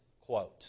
quote